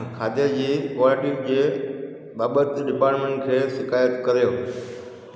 खाधे जी क्वालिटी जे बाबति डिपार्टमेंट खे शिकायत कयो